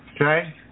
Okay